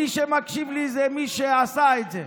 מי שמקשיב לי זה מי שעשה את זה,